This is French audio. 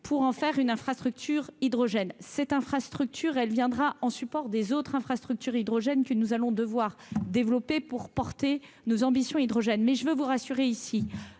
pour en faire une infrastructure hydrogène cette infrastructure, elle viendra en support des autres infrastructures hydrogène que nous allons devoir développer pour porter nos ambitions hydrogène mais je veux vous rassurer ici